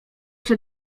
się